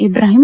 Ibrahim